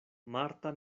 marta